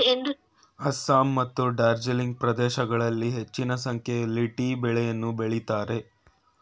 ಅಸ್ಸಾಂ ಮತ್ತು ಡಾರ್ಜಿಲಿಂಗ್ ಪ್ರದೇಶಗಳಲ್ಲಿ ಹೆಚ್ಚಿನ ಸಂಖ್ಯೆಯಲ್ಲಿ ಟೀ ಬೆಳೆಯನ್ನು ಬೆಳಿತರೆ